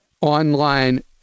online